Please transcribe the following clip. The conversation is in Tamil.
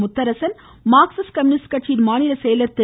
முத்தரசன் மார்க்சிஸ்ட் கம்யூனிஸ்ட் கட்சியின் மாநில செயலாளர் திரு